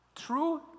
True